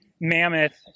Mammoth